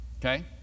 Okay